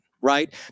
right